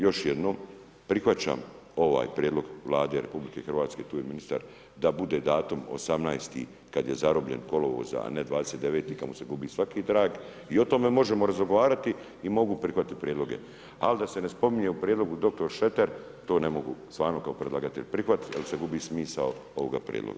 Još jednom, prihvaćam ovaj prijedlog Vlade RH, tu je ministar, da bude datum 18. kad je zarobljen kolovoza, a ne 29. kad mu se gubi svaki trag i o tome možemo razgovarati i mogu prihvatit prijedloge, ali da se ne spominje u prijedlogu dr. Šreter, to ne mogu stvarno kao predlagatelj prihvatit jer se gubi smisao ovoga prijedloga.